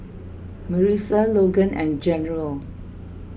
Marissa Logan and General